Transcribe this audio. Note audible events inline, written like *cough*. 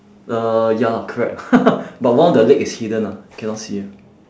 uh ya lah correct *laughs* but one of the leg is hidden ah cannot see ah